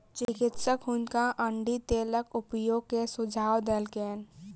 चिकित्सक हुनका अण्डी तेलक उपयोग के सुझाव देलकैन